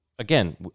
Again